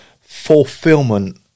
fulfillment